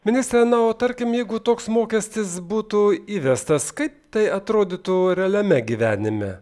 ministre na o tarkim jeigu toks mokestis būtų įvestas kaip tai atrodytų realiame gyvenime